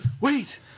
Wait